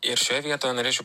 ir šioje vietoje norėčiau